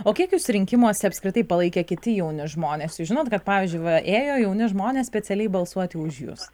o kiek jus rinkimuose apskritai palaikė kiti jauni žmonės jūs žinot kad pavyzdžiui va ėjo jauni žmonės specialiai balsuoti už jus